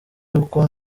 uko